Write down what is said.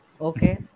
Okay